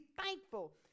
thankful